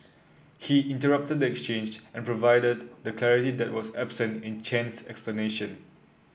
he interrupted the exchange and provided the clarity that was absent in Chen's explanation